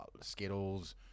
Skittles